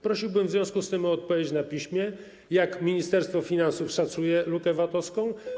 Prosiłbym w związku z tym o odpowiedź na piśmie, jak Ministerstwo Finansów szacuje lukę VAT-owską.